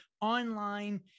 online